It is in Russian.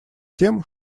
тем